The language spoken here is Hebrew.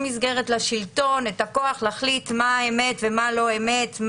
מסגרת לשלטון את הכוח להחליט מה אמת ומה לא אמת,